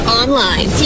online